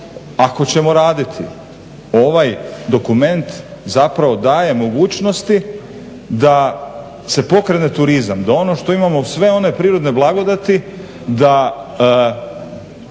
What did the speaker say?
Ako ćemo raditi ovaj dokument, zapravo daje mogućnosti da se pokrene turizam, da ono što imamo uz sve one prirodne blagodati, da